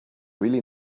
really